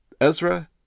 Ezra